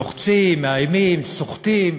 לוחצים, מאיימים, סוחטים,